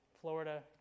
Florida